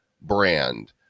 brand